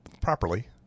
properly